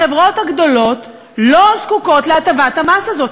החברות הגדולות לא זקוקות להטבת המס הזאת.